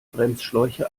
bremsschläuche